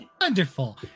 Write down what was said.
Wonderful